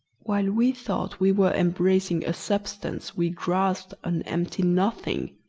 while we thought we were embracing a substance we grasped an empty nothing.